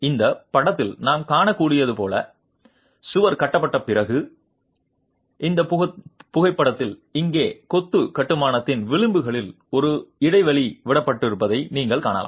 இந்த படத்தில் நாம் காணக்கூடியது போல சுவர் கட்டப்பட்ட பிறகு இந்த புகைப்படம் இங்கே கொத்து கட்டுமானத்தின் விளிம்புகளில் ஒரு இடைவெளி விடப்படுவதை நீங்கள் காணலாம்